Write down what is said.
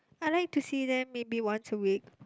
I like to see them maybe once a week